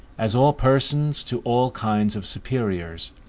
as all persons to all kinds of superiors,